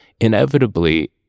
inevitably